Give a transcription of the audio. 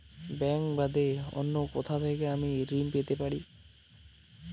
Bank বাদে অন্য কোথা থেকে আমি ঋন পেতে পারি?